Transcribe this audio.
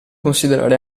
considerare